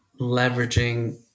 leveraging